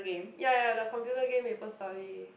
ya ya the computer game Maple Story